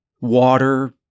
Water